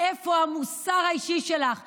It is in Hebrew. איפה המוסר האישי שלך?